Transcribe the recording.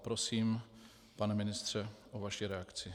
Prosím, pane ministře, o vaše reakci.